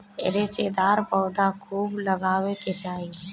रेशेदार पौधा खूब लगावे के चाही